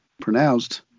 pronounced